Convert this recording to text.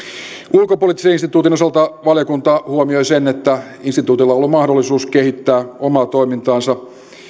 ulkopoliittisen instituutin osalta valiokunta huomioi sen että instituutilla on ollut mahdollisuus kehittää omaa toimintaansa